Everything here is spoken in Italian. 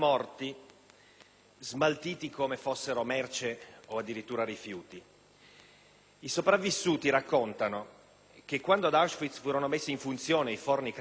smaltiti come fossero merce o addirittura rifiuti. I sopravvissuti raccontano che quando ad Auschwitz furono messi in funzione i forni crematori